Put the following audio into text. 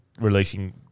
releasing